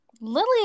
Lily